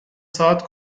saat